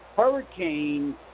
hurricane